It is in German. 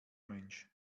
mensch